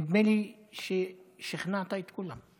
נדמה לי ששכנעת את כולם.